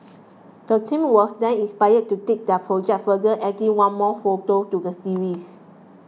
the team was then inspired to take their project further adding one more photo to the series